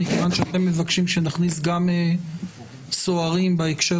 מכיוון שאתם מבקשים שנכניס גם סוהרים בהקשר